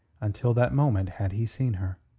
until that moment had he seen her.